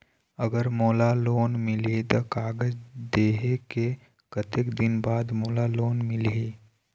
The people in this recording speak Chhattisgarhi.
अगर मोला लोन मिलही त कागज देहे के कतेक दिन बाद मोला लोन मिलही?